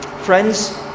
Friends